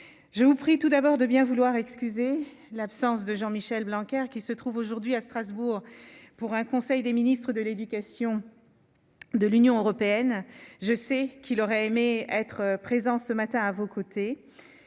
je vous prie tout d'abord de bien vouloir excuser l'absence de Jean-Michel Blanquer, qui se trouve aujourd'hui à Strasbourg pour un conseil des ministres de l'éducation, de l'Union européenne, je sais qu'il aurait aimé être présent ce matin à vos côtés,